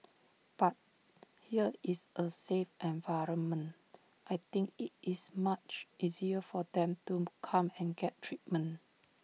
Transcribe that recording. but here is A safe environment I think IT is much easier for them to come and get treatment